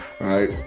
right